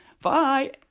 Bye